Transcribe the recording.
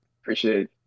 appreciate